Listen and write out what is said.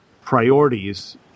priorities